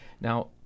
Now